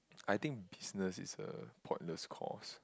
I think business is a portless course